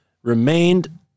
remained